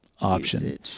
option